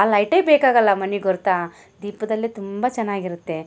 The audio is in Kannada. ಆ ಲೈಟೆ ಬೇಕಾಗಲ್ಲ ಮನಿಗೆ ಗೊತ್ತಾ ದೀಪದಲ್ಲೇ ತುಂಬ ಚೆನ್ನಾಗಿ ಇರುತ್ತೆ